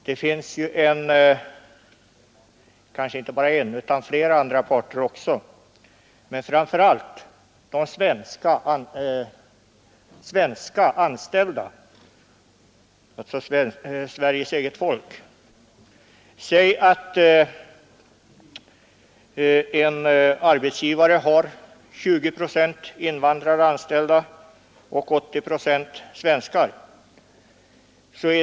Det finns ju inte bara en utan flera andra parter också, framför allt de svenska anställda, alltså Sveriges eget folk. Säg att en arbetsgivare har 20 procent invandrare anställda och 80 procent svenskar.